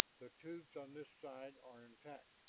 the tubes on this side are intact.